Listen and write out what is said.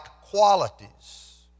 qualities